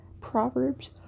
Proverbs